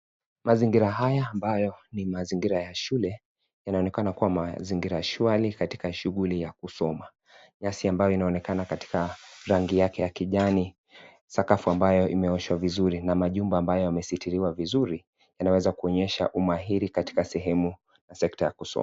Mazingira haya ambayo ni mazingira ya shule, yanaonekana kuwa mazingira shwari katika shughuli ya kusoma. Nyasi ambayo inaonekana katika rangi yake ya kijani, sakafu ambayo imeoshwa vizuri, na majumba ambayo yameshitiliwa vizuri, yanaweza kuonyesha umahiri katika sehemu na sekta ya kusoma.